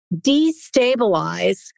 destabilize